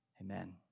Amen